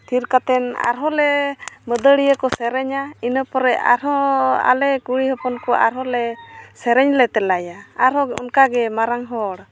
ᱛᱷᱤᱨ ᱠᱟᱛᱮᱫ ᱟᱨ ᱦᱚᱸ ᱞᱮ ᱢᱟᱹᱫᱟᱹᱲᱤᱭᱟᱹ ᱠᱚ ᱥᱮᱨᱮᱧᱟ ᱤᱱᱟᱹ ᱯᱚᱨᱮ ᱟᱨ ᱦᱚᱸ ᱟᱞᱮ ᱠᱩᱲᱤ ᱦᱚᱯᱚᱱ ᱠᱚ ᱟᱨᱦᱚᱸ ᱞᱮ ᱥᱮᱨᱮᱧ ᱞᱮ ᱛᱮᱞᱟᱭᱟ ᱟᱨ ᱦᱚᱸ ᱚᱱᱠᱟᱜᱮ ᱢᱟᱨᱟᱝ ᱦᱚᱲ